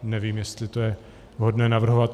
Ale nevím, jestli to je vhodné navrhovat.